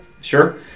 sure